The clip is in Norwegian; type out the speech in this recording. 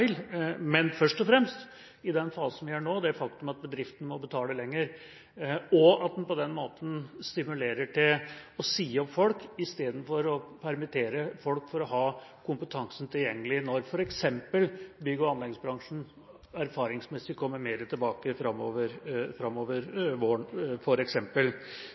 først og fremst på, i den fasen vi er i nå, det faktum at bedriftene må betale lenger, og at en på den måten stimulerer til å si opp folk istedenfor å permittere folk for å ha kompetansen tilgjengelig når f.eks. bygge- og anleggsbransjen erfaringsmessig kommer mer tilbake utover våren.